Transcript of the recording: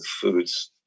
foods